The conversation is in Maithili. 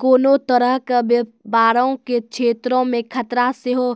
कोनो तरहो के व्यपारो के क्षेत्रो मे खतरा सेहो